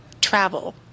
travel